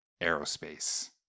aerospace